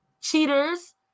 cheaters